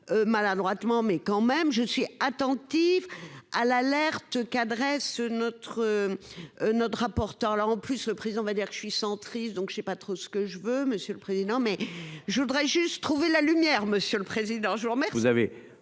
Maladroitement, mais quand même je suis attentif à l'alerte qu'adresse notre. Notre rapporteur là en plus, le président va dire je suis centriste. Donc je sais pas trop ce que je veux monsieur le président. Mais je voudrais juste trouver la lumière. Monsieur le Président,